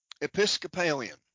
Episcopalian